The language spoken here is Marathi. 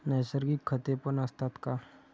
नैसर्गिक खतेपण असतात का?